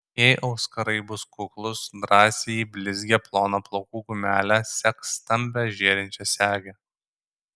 jei auskarai bus kuklūs drąsiai į blizgią ploną plaukų gumelę sek stambią žėrinčią segę